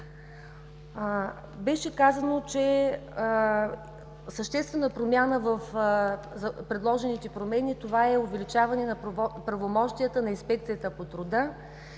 Беше казано, че съществена промяна в предложените промени това е увеличаване на правомощията на Инспекцията по труда.